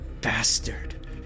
bastard